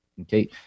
Okay